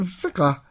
vika